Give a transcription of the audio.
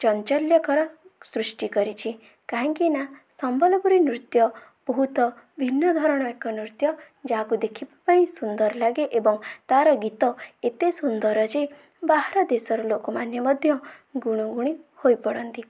ଚାଞ୍ଚଲ୍ୟକର ସୃଷ୍ଟି କରିଛି କାହିଁକିନା ସମ୍ବଲପୁରୀ ନୃତ୍ୟ ବହୁତ ଭିନ୍ନ ଧରଣ ଏକ ନୃତ୍ୟ ଯାହାକୁ ଦେଖିବାପାଇଁ ସୁନ୍ଦର ଲାଗେ ଏବଂ ତା'ର ଗୀତ ଏତେ ସୁନ୍ଦର ଯେ ବାହାର ଦେଶର ଲୋକମାନେ ମଧ୍ୟ ଗୁଣୁଗୁଣି ହୋଇପଡ଼ନ୍ତି